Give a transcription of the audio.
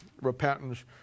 repentance